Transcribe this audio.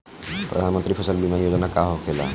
प्रधानमंत्री फसल बीमा योजना का होखेला?